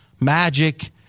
Magic